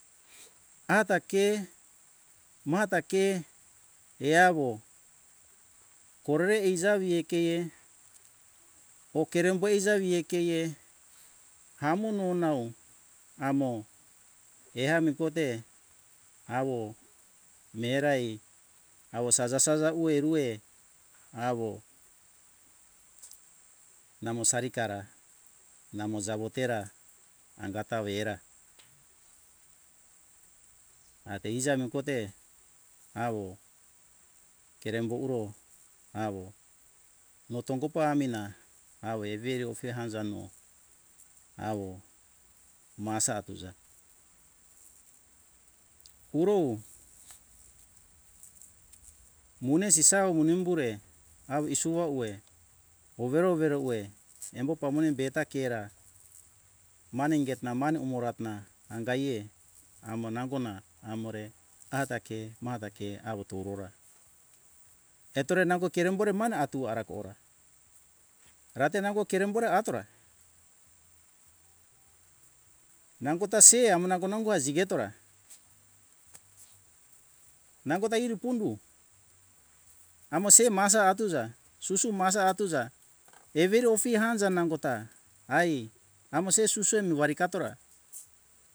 Ata ke mata ke eawo korere eiza vie keie oh kerembo eiza vie keie amo no nau amo eami kote awo merai awo saza - saza uwe - uwe awo namo sarikara namo jawo tera anga tawe era ate eiza mi kote awo kerembo uro awo notongo pamina awo evei ofe anjamo awo masa tuja urow wune sisa wune umbure awo isua ure overo overo ure embo pamone beta ke ra mane ingetna mane umoro atna angaie amo nango na amore ata ke matake ke awo togo ra etore nango kerembore mana atu ara kora rate nango kerembora atora nango ta se amo nongo - nongo igetora nangota iri pundu amo se masa atuja susu masa atuja ever ofi anja nangota ai amo se susu emi wari kator ra